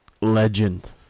Legend